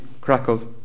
Krakow